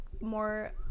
more